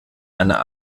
einer